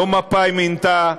לא מפא"י מינתה,